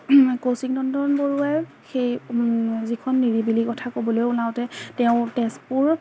কৌশিক নন্দন বৰুৱাই সেই যিখন নিৰিবিলিৰ কথা ক'বলৈ ওলাওঁতে তেওঁ তেজপুৰ